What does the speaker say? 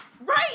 right